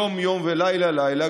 יום-יום ולילה-לילה,